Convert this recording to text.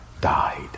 died